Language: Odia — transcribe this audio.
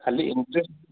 ଖାଲି ଇଣ୍ଟ୍ରେଷ୍ଟ